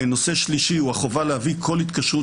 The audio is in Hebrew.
נושא שלישי הוא החובה להביא כל התקשרות